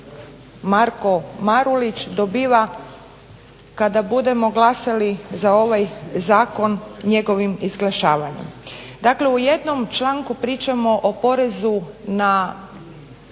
Marko Marulić dobiva kad budemo glasali za ovaj zakon njegovim izglašavanjem. Dakle u jednom članku pričamo o PDV-u,